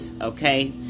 Okay